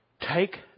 Take